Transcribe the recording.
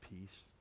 peace